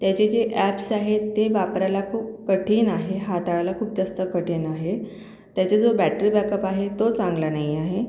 त्याचे जे अॅप्स आहेत ते वापरायला खूप कठीण आहे हाताळायला खूप जास्त कठीण आहे त्याचा जो बॅटरी बॅकअप आहे तो चांगला नाही आहे